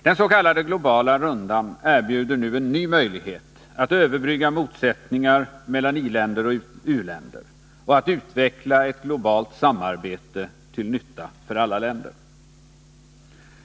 Den s.k. globala rundan erbjuder nu en ny möjlighet att överbrygga motsättningarna mellan i-länder och u-länder och att utveckla ett globalt samarbete, till nytta för alla länder.